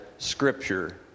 scripture